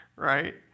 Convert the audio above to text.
Right